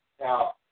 Now